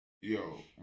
Yo